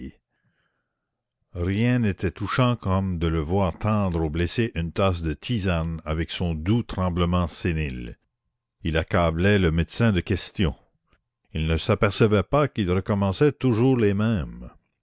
rien n'était touchant comme de le voir tendre au blessé une tasse de tisane avec son doux tremblement sénile il accablait le médecin de questions il ne s'apercevait pas qu'il recommençait toujours les mêmes